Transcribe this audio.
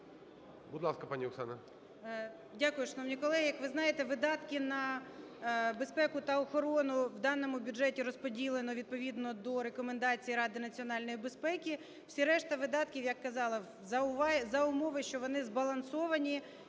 Дякую, шановні колеги. Як ви знаєте, видатки на безпеку та охорону в даному бюджеті розподілено відповідно до рекомендацій Ради національної безпеки, всі решта видатків, як казала, за умови, що вони збалансовані.